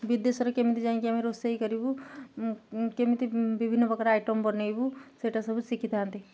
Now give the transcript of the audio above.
ବିଦେଶରେ କେମିତି ଯାଇକି ଆମେ ରୋଷେଇ କରିବୁ କେମିତି ବିଭିନ୍ନ ପ୍ରକାର ଆଇଟମ୍ ବନେଇବୁ ସେଇଟା ସବୁ ଶିଖିଥାନ୍ତି